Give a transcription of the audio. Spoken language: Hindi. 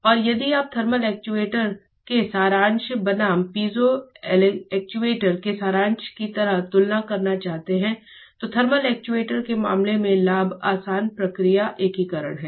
और यदि आप थर्मल एक्ट्यूएटर के सारांश बनाम पीजो एक्ट्यूएटर के सारांश की तरह तुलना करना चाहते हैं तो थर्मल एक्ट्यूएटर के मामले में लाभ आसान प्रक्रिया एकीकरण है